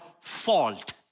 fault